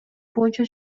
боюнча